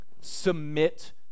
Submit